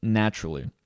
naturally